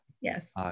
Yes